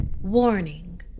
Warning